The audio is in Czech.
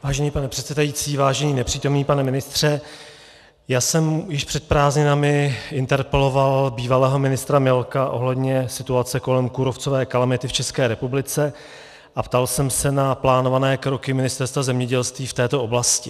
Vážený pane předsedající, vážený nepřítomný pane ministře, já jsem již před prázdninami interpeloval bývalého ministra Milka ohledně situace kolem kůrovcové kalamity v České republice a ptal jsem se na plánované kroky Ministerstva zemědělství v této oblasti.